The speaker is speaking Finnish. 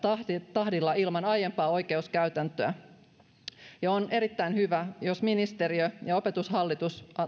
tahdilla ilman aiempaa oikeuskäytäntöä ja on erittäin hyvä jos ministeriö ja opetushallitus